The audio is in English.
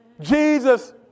Jesus